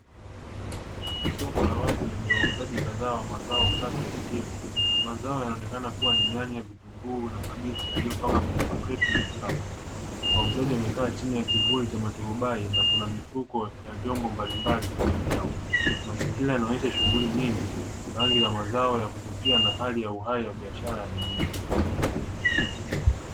Soko la wazi lenye wauzaji kadhaa wa mazao safi ya kilimo. Mazao yanaonekana kuwa ni majani ya vitunguu na kabichi yaliyopangwa kwenye makreti na Vikapu. Wauzaji wamekaa chini ya kivuli cha maturubai na kuna mifuko ya vyombo mbalimbali pembeni yao. Mazingira yanaonesha shughuli nyingi, rangi za mazao ya kuvutia na hali ya uhai wa biashara ya mjini.